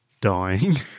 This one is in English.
Dying